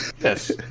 Yes